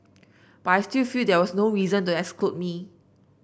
but I still feel there was no reason to exclude me